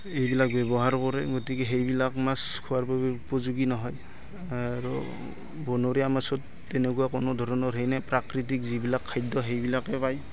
এইবিলাক ব্যৱহাৰ কৰে গতিকে সেইবিলাক মাছ খোৱাৰ বাবে উপযোগী নহয় আৰু বনৰীয়া মাছত তেনেকুৱা কোনো ধৰণৰ সেই নে প্ৰাকৃতিক যিবিলাক খাদ্য সেইবিলাকে পায়